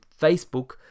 Facebook